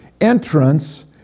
entrance